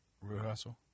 Rehearsal